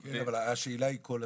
כן, אבל השאלה היא כל הזמן,